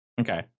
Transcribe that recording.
Okay